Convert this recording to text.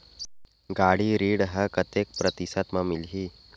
गाड़ी ऋण ह कतेक प्रतिशत म मिलही?